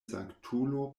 sanktulo